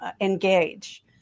engage